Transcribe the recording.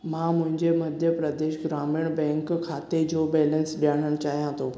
मां मुंहिंजे मध्य प्रदेश ग्रामीण बैंक खाते जो बेलेंसु ॼाणणु चाहियां थो